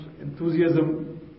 enthusiasm